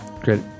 Great